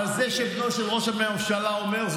אבל זה שבנו של ראש הממשלה אומר,